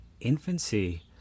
infancy